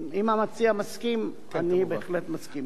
אם המציע מסכים, אני בהחלט מסכים.